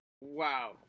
Wow